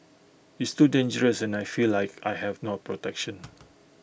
it's too dangerous and I feel like I have no protection